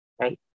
right